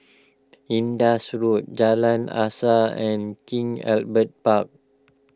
Indus Road Jalan Asas and King Albert Park